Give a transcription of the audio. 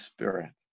Spirit